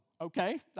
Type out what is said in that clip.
okay